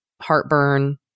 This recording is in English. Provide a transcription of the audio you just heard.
heartburn